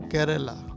Kerala